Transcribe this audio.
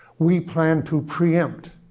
we plan to preempt,